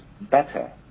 better